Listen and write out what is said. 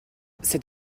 cet